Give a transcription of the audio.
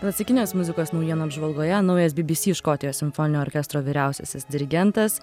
klasikinės muzikos naujienų apžvalgoje naujas bbc škotijos simfoninio orkestro vyriausiasis dirigentas